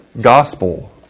gospel